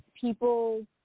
people